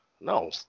No